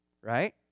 right